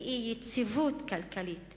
לאי-יציבות כלכלית,